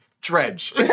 Dredge